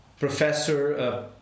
professor